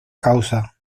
causa